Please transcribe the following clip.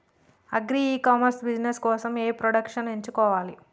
Agri e commerce business కోసము ఏ products ఎంచుకోవాలి?